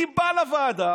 היא באה לוועדה